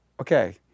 Okay